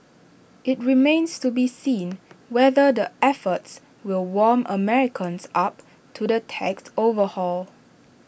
IT remains to be seen whether the efforts will warm Americans up to the tax overhaul